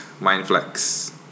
Mindflex